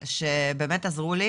שבאמת עזרו לי